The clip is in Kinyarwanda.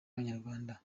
abanyarwanda